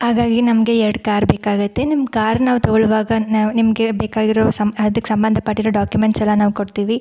ಹಾಗಾಗಿ ನಮಗೆ ಎರಡು ಕಾರ್ ಬೇಕಾಗತ್ತೆ ನಿಮ್ಮ ಕಾರ್ ನಾವು ತೊಗೊಳ್ಳುವಾಗ ನಾವು ನಿಮಗೆ ಬೇಕಾಗಿರೋ ಸಮ್ ಅದಕ್ಕೆ ಸಂಬಂಧಪಟ್ಟಿರೋ ಡಾಕ್ಯುಮೆಂಟ್ಸ್ ಎಲ್ಲ ನಾವು ಕೊಡ್ತೀವಿ